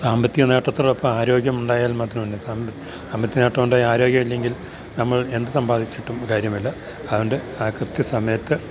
സാമ്പത്തിക നേട്ടത്തോടൊപ്പം ആരോഗ്യം ഉണ്ടായാൽ മാത്രമല്ല സാമ്പത്തിക നേട്ടമുണ്ടായാല് ആരോഗ്യം ഇല്ലെങ്കിൽ നമ്മൾ എന്തു സമ്പാദിച്ചിട്ടും കാര്യമില്ല അതുകൊണ്ട് ആ കൃത്യ സമയത്ത്